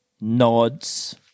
nods